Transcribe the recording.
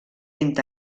vint